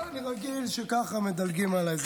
איך אתה מדלג עליי?